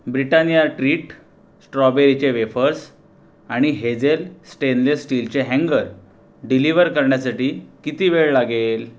Britannia treat स्ट्रॉबेरीचे wafers आणि hazel stainless स्टीलचे हँगर डिलिव्हर करण्यासाठी किती वेळ लागेल